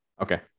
Okay